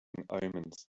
omens